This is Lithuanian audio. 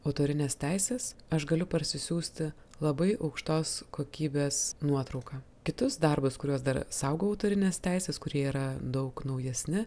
autorinės teisės aš galiu parsisiųsti labai aukštos kokybės nuotrauką kitus darbus kuriuos dar saugo autorinės teisės kurie yra daug naujesni